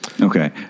Okay